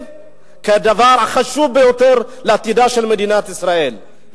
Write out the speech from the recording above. כדבר החשוב ביותר לעתידה של מדינת ישראל,